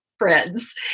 friends